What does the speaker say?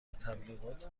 تبلیغات